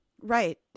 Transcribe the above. right